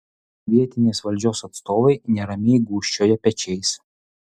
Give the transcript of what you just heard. vietinės valdžios atstovai neramiai gūžčioja pečiais